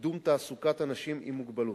לקידום תעסוקת אנשים עם מוגבלות.